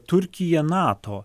turkija nato